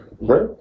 Right